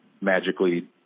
magically